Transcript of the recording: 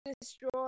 destroy